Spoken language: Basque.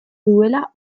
duela